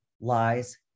Lies